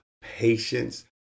patience